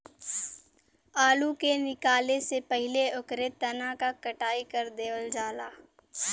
आलू के निकाले से पहिले ओकरे तना क कटाई कर देवल जाला